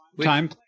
Time